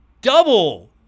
double